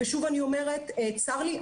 ושוב אני אומרת צר לי,